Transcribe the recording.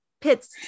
pits